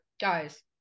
Guys